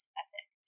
epic